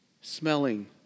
smelling